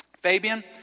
Fabian